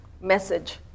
message